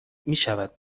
میشود